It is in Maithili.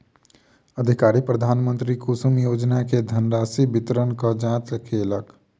अधिकारी प्रधानमंत्री कुसुम योजना के धनराशि वितरणक जांच केलक